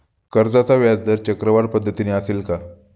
कर्जाचा व्याजदर चक्रवाढ पद्धतीने असेल का?